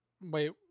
Wait